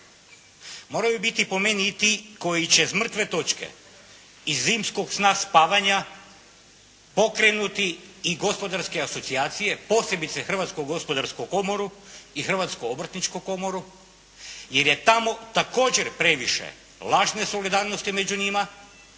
moraju biti po meni i ti koji će iz mrtve točke, iz zimskog sna spavanja pokrenuti i gospodarske asocijacije, posebice Hrvatsko-gospodarsku komoru i Hrvatsku obrtničku komoru jer je tamo također previše lažne solidarnosti među njima,